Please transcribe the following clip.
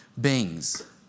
beings